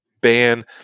ban